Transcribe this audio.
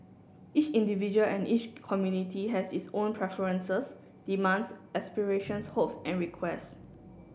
each individual and each community has its own preferences demands aspirations hopes and requests